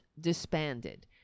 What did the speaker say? disbanded